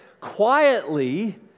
quietly